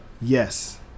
yes